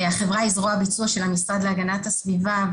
החברה היא זרוע הביצוע של המשרד להגנת הסביבה,